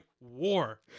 war